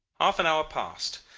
half an hour passed.